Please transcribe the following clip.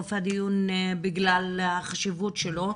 לסוף הדיון בגלל החשיבות שלו,